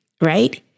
right